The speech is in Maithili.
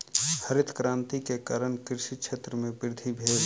हरित क्रांति के कारण कृषि क्षेत्र में वृद्धि भेल